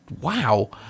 wow